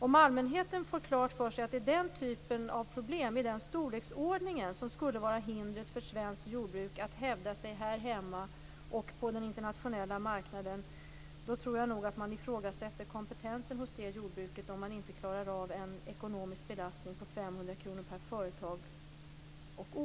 Om allmänheten får klart för sig att det är problem i den storleksordningen som skulle vara hindret för svenskt jordbruk när det gäller att hävda sig här hemma och på den internationella marknaden tror jag nog att kompetensen hos det jordbruket ifrågasätts. Klarar man inte en ekonomisk belastning på 500 kr per företag och år?